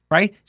Right